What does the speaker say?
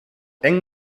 eng